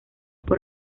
por